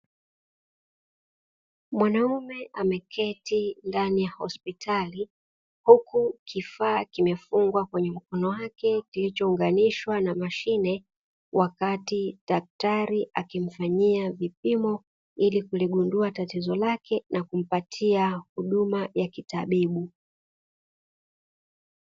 Mwanaume ameketi ndani ya hospitali huku kifaa kimefungwa kwenye mkono wake kilichounganishwa na mashine wakati daktari akimfanyia vipimo ili kuligundua tatizo lake na kumpatia huduma ya kitabibu.